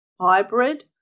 hybrid